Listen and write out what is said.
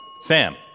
Sam